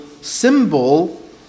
symbol